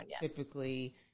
typically